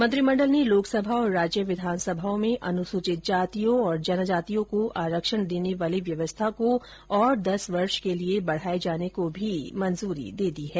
मंत्रिमण्डल ने लोकसभा और राज्य विधानसभाओं में अनुसूचित जातियों और जनजातियों को आरक्षण देने वाली व्यवस्था को और दस वर्ष के लिए बढ़ाए जाने को मंजूरी दे दी है